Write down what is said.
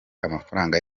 amafaranga